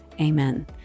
amen